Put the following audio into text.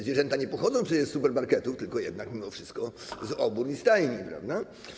Zwierzęta nie pochodzą przecież z supermarketów, tylko mimo wszystko z obór i stajni, prawda?